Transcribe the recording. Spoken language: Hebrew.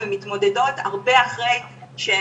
שום סיכון ובכל זאת מתוך מודעות הלכתי ונבדקתי אחת לחצי